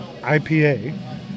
IPA